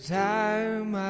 time